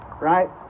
right